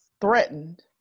threatened